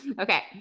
okay